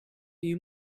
you